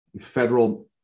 federal